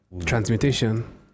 Transmutation